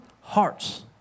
hearts